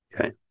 Okay